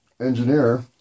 engineer